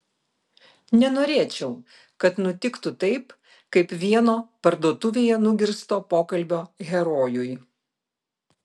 nenorėčiau kad nutiktų taip kaip vieno parduotuvėje nugirsto pokalbio herojui